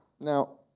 Now